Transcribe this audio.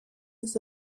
this